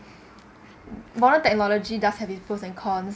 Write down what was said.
modern technology does have its pros and cons